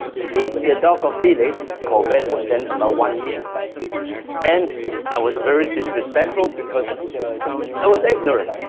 feed the dog of felix covet was then about one year and i was very disrespectful because i was ignorant,